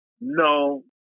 no